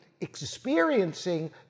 experiencing